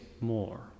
more